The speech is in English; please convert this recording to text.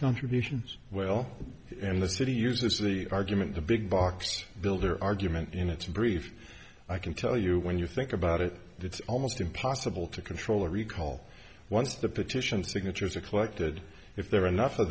contributions well and the city use this the argument the big box builder argument in its brief i can tell you when you think about it it's almost impossible to control a recall once the petition signatures are collected if there are enough of